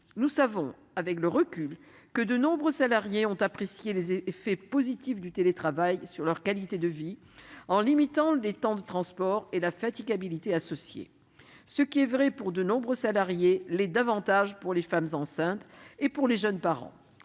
Nous savons que de nombreux salariés ont apprécié les effets positifs du télétravail sur leur qualité de vie. Il a notamment limité les temps de transport et la fatigabilité associée. Ce qui est vrai pour de nombreux salariés l'est davantage encore pour les femmes enceintes et pour les jeunes parents.